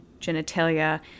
genitalia